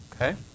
okay